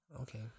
Okay